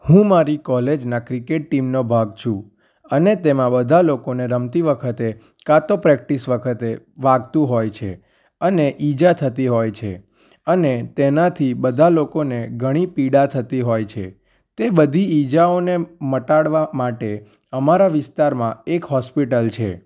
હું મારી કોલેજના ક્રિકેટ ટીમનો ભાગ છું અને તેમાં બધા લોકોને રમતી વખતે ક્યાં તો પ્રેક્ટિસ વખતે વાગતું હોય છે અને ઇજા થતી હોય છે અને તેનાથી બધા લોકોને ઘણી પીડા થતી હોય છે તે બધી ઇજાઓને મટાડવા માટે અમારા વિસ્તારમાં એક હોસ્પિટલ છે